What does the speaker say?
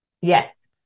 Yes